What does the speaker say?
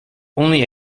only